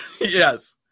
Yes